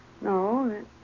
No